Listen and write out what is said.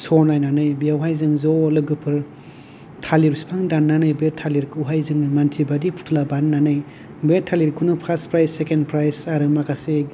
श' नायनानै बेवहाय जों ज' लोगोफोर थालिर बिफां दाननानै बे थालिरखौहाय जों मानसि बादि फुथुला बानायनानै बे थालिरखौनो फार्स्ट प्राइज सेकेड प्राइज बानायनानै आरो माखासे